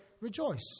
rejoice